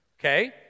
okay